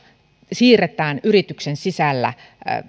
siirretään yrityksen sisällä